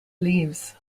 leaves